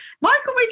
Michael